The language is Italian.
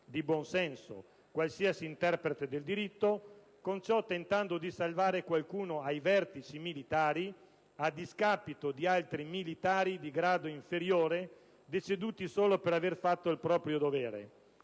di buon senso, qualsiasi interprete del diritto, con ciò tentando di salvare qualcuno ai vertici militari, a discapito di altri militari di grado inferiore deceduti solo per aver fatto il proprio dovere.